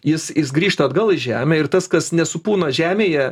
jis jis grįžta atgal į žemę ir tas kas nesupūna žemėje